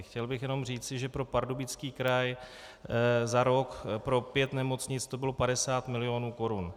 Chtěl bych jenom říci, že pro Pardubický kraj za rok pro pět nemocnic to bylo 50 milionů korun.